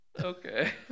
okay